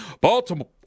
Baltimore